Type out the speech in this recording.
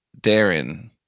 Darren